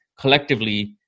collectively